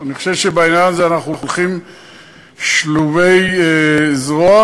אני חושב שבעניין הזה אנחנו הולכים שלובי זרוע.